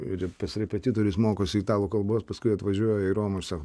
ir pas repetitorius mokosi italų kalbos paskui atvažiuoja į romą sako